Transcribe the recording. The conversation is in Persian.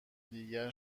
دیگر